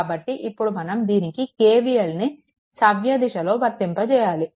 కాబట్టి ఇక్కడ మనం దీనికి KVLని సవ్యదశలో వర్తింపజేయాలి